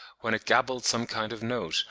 when it gabbled some kind of note,